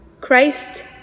Christ